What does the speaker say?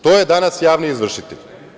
To je danas javni izvršitelj.